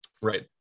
right